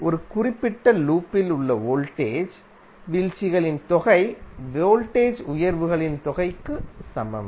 ஒரு குறிப்பிட்ட லூப்பில் உள்ள வோல்டேஜ் வீழ்ச்சிகளின் தொகை வோல்டேஜ் உயர்வுகளின் தொகைக்கு சமம்